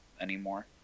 anymore